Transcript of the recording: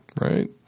right